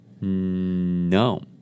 No